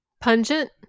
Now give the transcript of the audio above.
Pungent